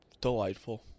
delightful